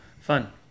Fun